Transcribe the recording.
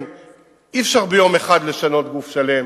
אי-אפשר ביום אחד לשנות גוף שלם,